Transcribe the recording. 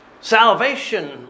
Salvation